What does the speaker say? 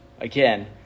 again